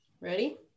Ready